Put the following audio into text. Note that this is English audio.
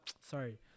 sorry